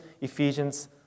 Ephesians